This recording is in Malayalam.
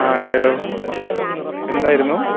ആ അതേലോ എന്തായിരുന്നു